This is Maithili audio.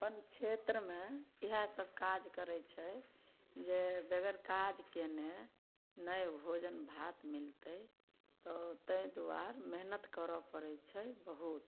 अपन छेत्रमे इएह सब काज करैत छै जे बगैर काज कयने नहि भोजन भात मिलतै तऽ ताहि दुआरे मेहनत करऽ पड़ैत छै बहुत